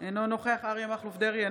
אינו נוכח אריה מכלוף דרעי,